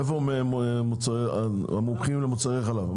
איפה המומחים למוצרי חלב?